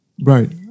Right